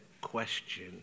question